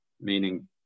meaning